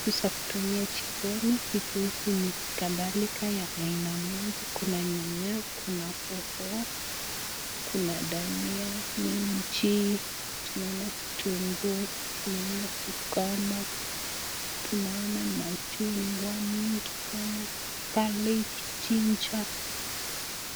Unaweza kutumia jikoni, vitu hizi ni kadhalika ya aina mingi. Kuna nyanya, kuna hoho, kuna dania, minji , tunaona kitunguu, tunaona cucumber[c]s, tunaona machungwa mengi sana, garlic , ginger .